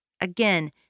Again